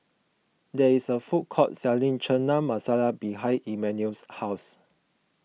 there is a food court selling Chana Masala behind Immanuel's house